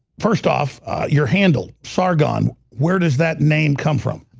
first off you're handle, sargon. where does that name come from?